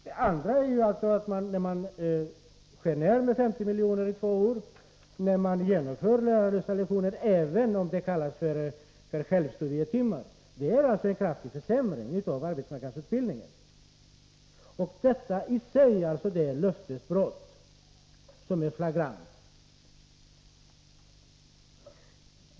Det andra är att när man skär ner med 50 milj.kr. i två år och man genomför lärarlösa lektioner, även om det kallas för självstudietimmar, innebär det en kraftig försämring av arbetsmarknadsutbildningen. Detta i sig är ett löftesbrott som är flagrant.